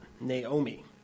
Naomi